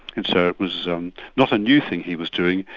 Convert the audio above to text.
and so it was um not a new thing he was doing,